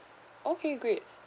okay great